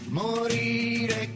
morire